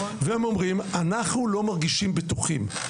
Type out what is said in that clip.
והם אומרים אנחנו לא מרגישים בטוחים.